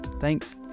Thanks